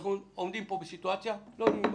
אנחנו עומדים פה בסיטואציה לא נעימה.